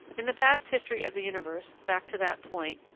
in the past history of the universe, back to that point,